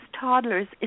toddlers